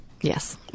Yes